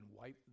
wipe